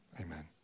Amen